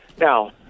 Now